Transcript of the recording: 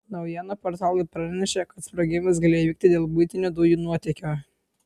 naujienų portalai pranešė kad sprogimas galėjo įvykti dėl buitinių dujų nuotėkio